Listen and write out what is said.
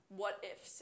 what-if